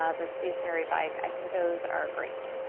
ah the stationary bike, i think those are great.